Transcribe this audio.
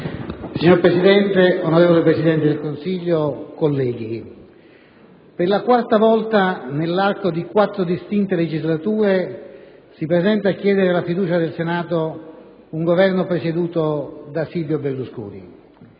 Signora Presidente, onorevole Presidente del Consiglio, colleghi, per la quarta volta nell'arco di quattro distinte legislature si presenta a chiedere la fiducia del Senato un Governo presieduto da Silvio Berlusconi,